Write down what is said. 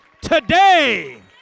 today